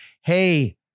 hey